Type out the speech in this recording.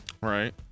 Right